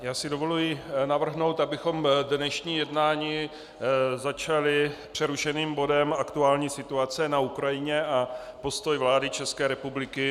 Já si dovolím navrhnout, abychom dnešní jednání začali přerušeným bodem Aktuální situace na Ukrajině a postoj vlády České republiky.